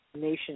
nation